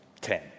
Ten